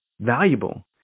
valuable